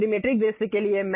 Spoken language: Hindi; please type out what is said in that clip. अब त्रिमेट्रिक दृश्य के लिए